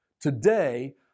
Today